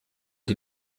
die